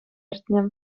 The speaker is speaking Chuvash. иртнӗ